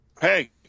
Hey